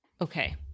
Okay